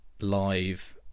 live